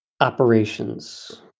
operations